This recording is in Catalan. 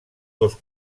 dos